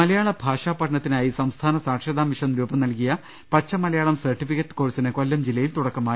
മലയാള ഭാഷാ പഠനത്തിനായി സംസ്ഥാന സാക്ഷരതാ മിഷൻ രൂപംനൽകിയ പച്ചമലയാളം സർട്ടിഫിക്കറ്റ് കോഴ്സിന് കൊല്ലം ജില്ലയിൽ തുടക്കമായി